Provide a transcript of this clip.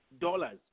dollars